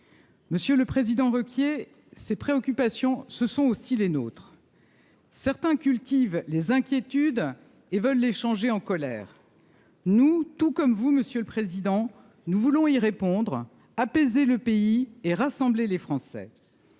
Monsieur le président, Wauquiez ses préoccupations, ce sont aussi les nôtres. Certains cultivent les inquiétudes et veulent l'échanger en colère. Nous, tout comme vous, monsieur le président, nous voulons y répondre apaiser le pays et rassembler les Français